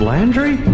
Landry